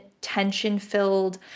tension-filled